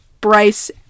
Bryce